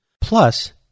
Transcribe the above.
plus